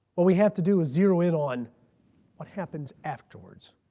what we have to do is zero in on what happens afterwards.